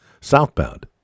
southbound